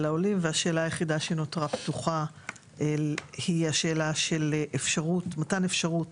העולים והשאלה היחידה שנותרה פתוחה היא השאלה של מתן אפשרות